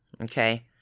Okay